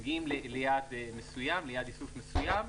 מגיעים ליעד איסוף מסוים,